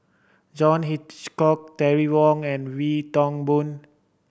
John Hitchcock Terry Wong and Wee Toon Boon